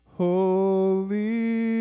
holy